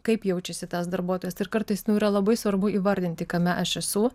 kaip jaučiasi tas darbuotojas ir kartais nu yra labai svarbu įvardinti kame aš esu